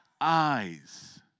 eyes